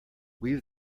weave